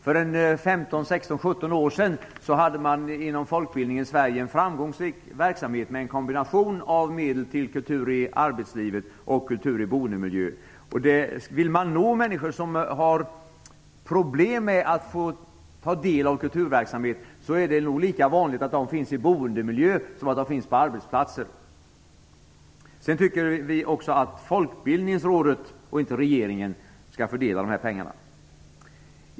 För 15-17 år sedan hade man inom folkbildningen i Sverige en framgångsrik verksamhet med en kombination av medel till kultur i arbetslivet och kultur i boendemiljön. Om man vill nå människor som har problem med att ta del av kulturverksamhet är det nog lika vanligt att de finns i boendemiljöer som att de finns på arbetsplatser. Vi tycker också att Folkbildningsrådet, och inte regeringen, skall fördela dessa pengar.